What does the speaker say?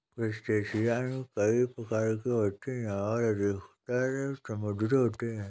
crustacean कई प्रकार के होते हैं और अधिकतर समुद्री होते हैं